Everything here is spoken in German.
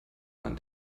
waren